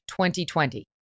2020